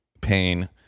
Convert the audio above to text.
pain